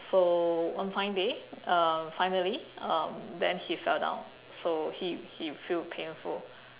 so one fine day uh finally um then he fell down so he he feel painful